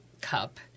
cup